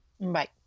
Bye